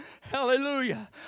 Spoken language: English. hallelujah